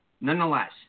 Nonetheless